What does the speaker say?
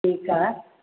ठीकु आहे